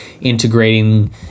integrating